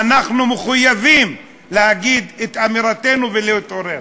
ואנחנו מחויבים להגיד את אמירתנו ולהתעורר.